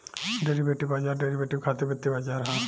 derivative बाजार derivative खातिर वित्तीय बाजार ह